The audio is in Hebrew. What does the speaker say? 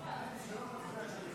נתקבלה.